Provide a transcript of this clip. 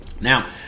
Now